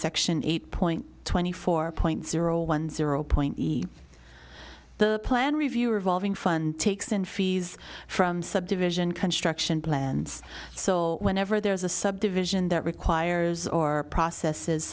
section eight point twenty four point zero one zero point the plan review revolving fund takes in fees from subdivision construction plans so whenever there's a subdivision that requires or processes